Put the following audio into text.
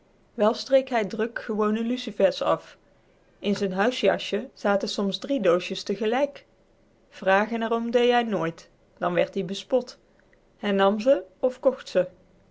wel streek hij druk gewone lucifers af in z'n huisjasje zaten soms drie doosjes tegelijk vragen er om dee hij nooit dan werd ie bespot hij nam ze of kocht ze